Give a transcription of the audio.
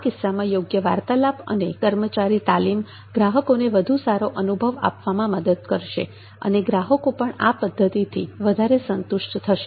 આ કિસ્સામાં યોગ્ય વાર્તાલાપ અને કર્મચારી તાલીમ ગ્રાહકોને વધુ સારો અનુભવ આપવામાં મદદ કરશે અને ગ્રાહકો પણ આ પદ્ધતિથી વધારે સંતુષ્ટ થશે